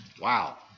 Wow